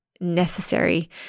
necessary